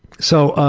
so